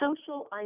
social